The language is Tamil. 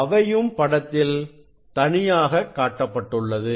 அவையும் படத்தில் தனியாக காட்டப்பட்டுள்ளது